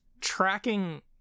tracking